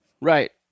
Right